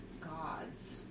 gods